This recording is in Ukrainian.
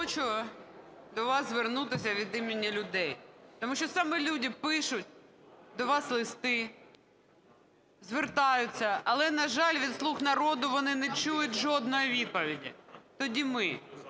хочу до вас звернутися від імені людей. Тому що саме люди пишуть до вас листи, звертаються. Але, на жаль, від "слуг народу" вони не чують жодної відповіді. Тоді ми